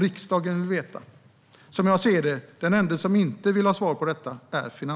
Riksdagen vill veta. Som jag ser det är finansministern den enda som inte vill ha svar på detta.